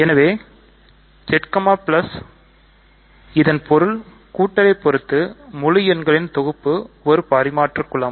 எனவே இதன் பொருள் கூட்டலை பொறுத்து முழு எண்களின் தொகுப்பு ஒரு பரிமாற்று குலம்